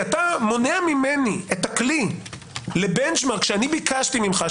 את הכלי לבנצ'מארק שאני ביקשתי ממך,